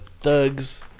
thugs